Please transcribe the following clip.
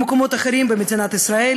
במקומות אחרים במדינת ישראל,